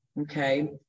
Okay